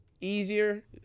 easier